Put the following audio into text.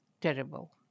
terrible